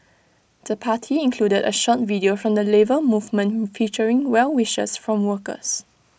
the party included A short video from the Labour Movement featuring well wishes from workers